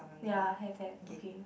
ya have have okay